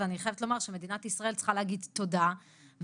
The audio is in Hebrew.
ואני חייבת לומר שמדינת ישראל צריכה להגיד תודה וגם